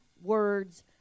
words